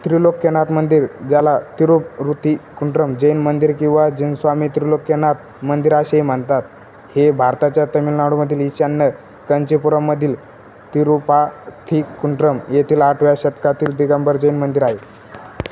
त्रिलोक्यनाथ मंदिर ज्याला तिरुपरुथीकुंड्रम जैन मंदिर किंवा जीनस्वामी त्रिलोक्यनाथ मंदिर असेही म्हणतात हे भारताच्या तामिळनाडूमधील ईशान्य कांचीपुरममधील थिरुपार्थिकुंड्रम येथील आठव्या शतकातील दिगंबर जैन मंदिर आहे